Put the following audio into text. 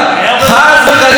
חס וחלילה.